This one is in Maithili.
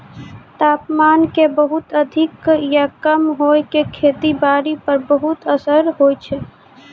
तापमान के बहुत अधिक या कम होय के खेती बारी पर बहुत असर होय छै